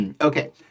Okay